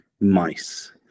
mice